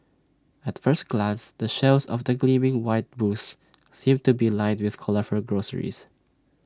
at first glance the shelves of the gleaming white booths seem to be lined with colourful groceries